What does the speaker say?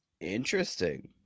Interesting